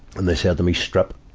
and they said to me, strip.